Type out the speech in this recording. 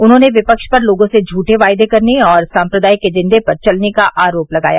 उन्होंने विपक्ष पर लोगों से झठे वादे करने और साम्प्रदायिक एजेंडे पर चलने का आरोप लगाया